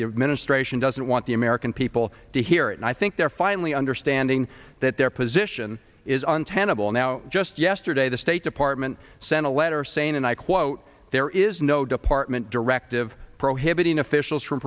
the administration doesn't want the american people to hear it and i think they're finally understanding that their position is untenable now just yesterday the state department sent a letter saying and i quote there is no department directive prohibiting officials f